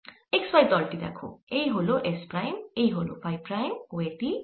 x y তল টি দেখো এই হল s প্রাইম এই হল ফাই প্রাইম ও এটি s